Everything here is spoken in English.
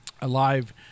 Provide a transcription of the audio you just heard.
Alive